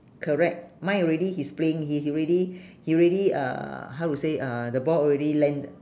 correct mine already he's playing he already he already uh how to say uh the ball already landed